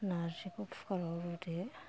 नारजिखौ कुखारआव रुदो